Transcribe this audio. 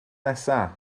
nesaf